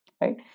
right